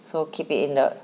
so keep it in the